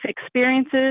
experiences